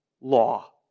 Law